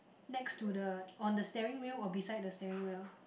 next to the on the steering wheel or beside the steering wheel